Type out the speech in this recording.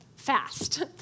fast